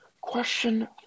question